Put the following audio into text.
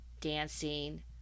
dancing